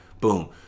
boom